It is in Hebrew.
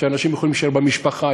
שאנשים יכולים להישאר במשפחה,